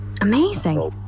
amazing